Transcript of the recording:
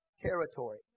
territory